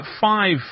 Five